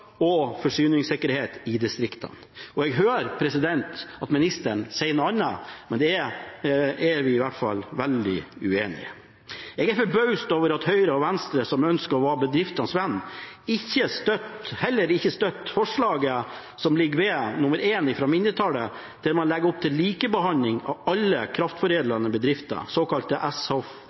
og forsyningssikkerhet i distriktene. Jeg hører at ministeren sier noe annet, men her er vi i hvert fall veldig uenige. Jeg er forbauset over at Høyre og Venstre, som ønsker å være bedriftenes venn, heller ikke støtter forslag nr. 1 fra mindretallet, der man legger opp til likebehandling av alle kraftforedlende bedrifter, såkalte